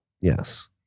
Yes